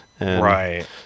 Right